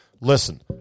listen